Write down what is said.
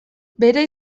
bere